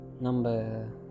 Number